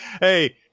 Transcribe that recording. Hey